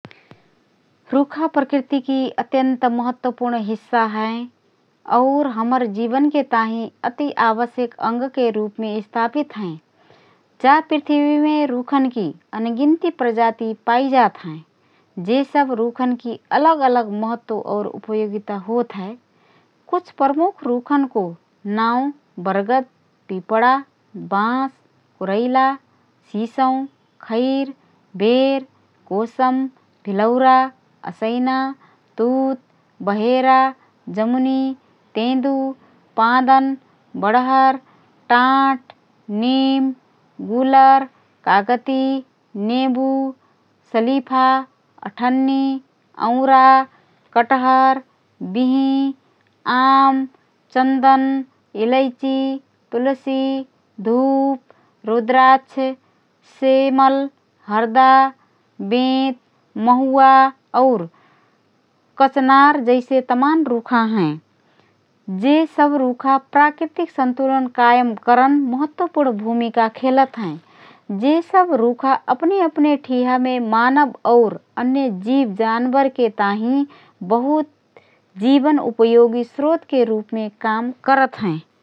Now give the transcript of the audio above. रूखा प्रकृतिकी अत्यन्त महत्वपूर्ण हिस्सा हएँ और हमर जीवनके ताहिँ अति आवश्यक अंगके रूपमे स्थापित हएँ । जा पृथ्वीमे रूखनकी अनगिन्ती प्रजाति पाइजात हएँ । जे सब रुखनकी अलग अलग महत्व और उपयोगिता होतहए । कुछ प्रमुख रूखनको नावँ बरगद, पिपड़ा, बाँस, कुरैला, सिसौं, खैर, बेर, कोसम, भिलौरा, असैना, तुत, बहेरा, जमुनी, तेँदु, पाँदन, बडहर, टाँट, निम, गुलर, कागती, नेँबु, सलिफा, अठन्नी, औंरा, कटहर, बिहिँ, आँम, चन्दन, इलैची, तुलसी, धुप, रूद्राक्ष, सेमल, हर्दा, बेंत, महुवा और कचनार जैसे तमान रुखा हएँ । जे सब रूखा प्राकृतिक सन्तुलन कायम करन महत्त्वपूर्ण भूमिका खेलत हएँ । जे सब रुखा अपने अपने ठिहामे मानव और अन्य जीव जानबरके ताहिँ बहुत जीवन उपयोगी स्रोतके रूपमे काम करत हएँ ।